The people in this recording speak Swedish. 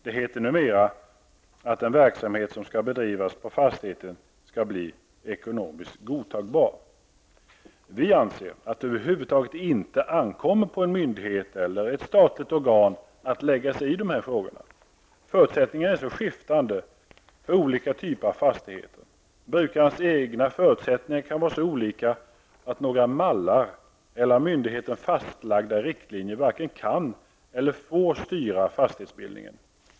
Det heter numera att den verksamhet som skall bedrivas på fastigheten skall bli ekonomiskt godtagbar. Vi anser att det över huvud inte ankommer på en myndighet eller ett statligt organ att lägga sig i dessa frågor. Förutsättningarna är så skiftande för olika typ av fastigheter. Brukarnas egna förutsättningar kan också vara så olika att några mallar eller av myndigheter fastlagda riktlinjer varken kan eller får styra fastighetsbildningen.